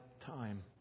time